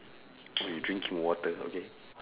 mm drink your water okay